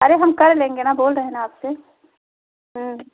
अरे हम कर लेंगे न बोल रहें है न आपसे